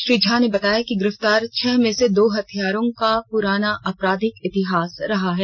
श्री झा ने बताया कि गिरफ्तार छह में से दो हत्यारों का पुराना आपराधिक इतिहास रहा है